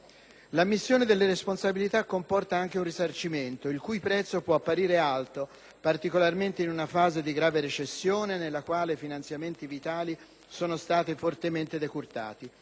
L'ammissione delle responsabilità comporta anche un risarcimento, il cui prezzo può apparire alto, particolarmente in una fase di grave recessione nella quale finanziamenti vitali sono stati fortemente decurtati.